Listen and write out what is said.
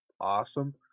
awesome